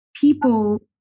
people